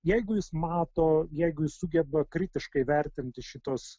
jeigu jis mato jeigu jis sugeba kritiškai vertinti šitos